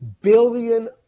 billion